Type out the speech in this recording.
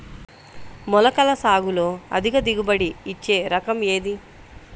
మొలకల సాగులో అధిక దిగుబడి ఇచ్చే రకం ఏది?